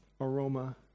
aroma